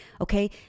Okay